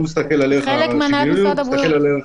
אני מסתכל על הערך